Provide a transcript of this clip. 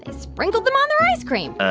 ah sprinkled them on their ice cream.